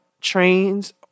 trains